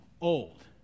old